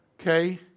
Okay